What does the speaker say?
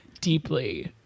deeply